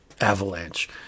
avalanche